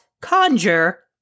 conjure